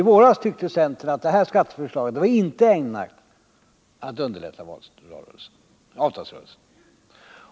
I våras tyckte centern att det här skatteförslaget inte var ägnat att underlätta avtalsrörelsen.